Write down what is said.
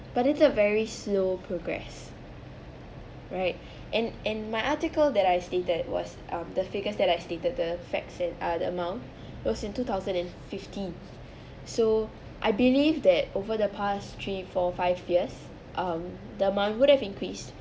but it's a very slow progress right and and my article that I stated was um the figures that I stated the facts and ah the amount was in two thousand and fifteen so I believe that over the past three four five years um the amount would have increased